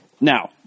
Now